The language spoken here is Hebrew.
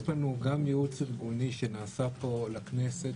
יש לנו גם ייעוץ ארגוני שנעשה פה לכנסת